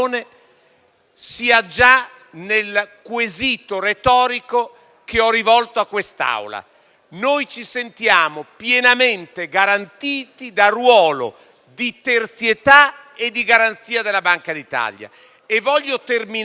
sia già nel quesito retorico che ho rivolto a quest'Aula. Noi ci sentiamo pienamente garantiti dal ruolo di terzietà e di garanzia della Banca d'Italia. Voglio terminare,